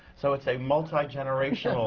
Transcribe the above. so it's a multi-generational